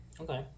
Okay